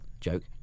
joke